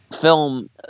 film